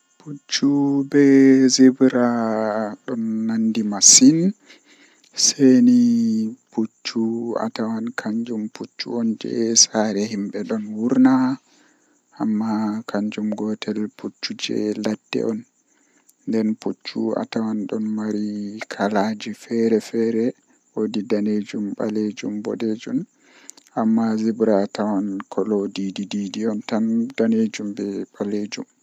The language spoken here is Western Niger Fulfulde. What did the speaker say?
Babal mi hollata ɓe kannjum woni babal ndiyam babal haa mayo woni haa ndiyam jippata, Ngam babal man mi ɓuri yiɗuki mi wiyan ɓe nda ha ndiyam jippata babal ɗo wooɗi masin ndiyam ɗon wurta haa bandu kooseje be ka'e totton mi fuɗɗata yarugo ɓe